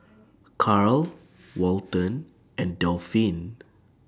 Karl Walton and Delphine